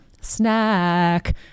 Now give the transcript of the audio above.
snack